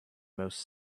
most